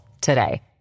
today